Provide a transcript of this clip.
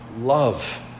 Love